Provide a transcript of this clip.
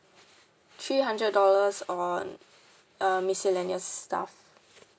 three hundred dollars on uh miscellaneous stuff